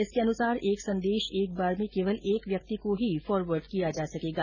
इसके अनुसार एक संदेश एक बार में केवल एक व्यक्ति को ही फॉरवर्ड किया जा सकेगा